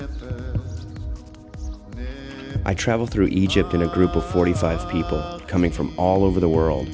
and i travel through egypt in a group of forty five people coming from all over the world